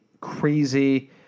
crazy